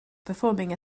performing